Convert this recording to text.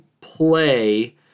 play